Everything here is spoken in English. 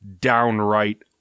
downright